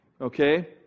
Okay